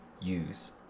use